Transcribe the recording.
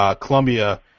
Columbia